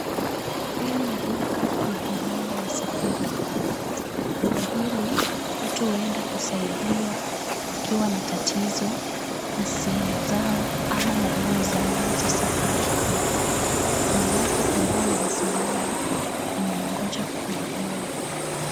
Hili ni duka la huduma la safaricom. Duka hili watu huenda kusaidiwa wakiwa na tatizo la simu zao ama laini zao za safaricom. Kuna watu ambao wamesimama na wanangoja kuhudumiwa.